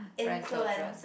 grandchildren